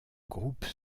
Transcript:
groupe